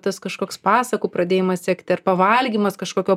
tas kažkoks pasakų pradėjimas sekti ar pavalgymas kažkokio